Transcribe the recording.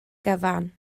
gyfan